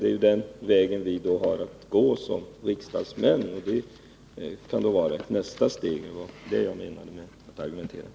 Det är ju den vägen vi som riksdagsmän har att gå, och det kunde alltså vara nästa steg i den här frågan.